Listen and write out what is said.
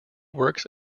works